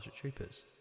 Troopers